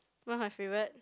what's my favourite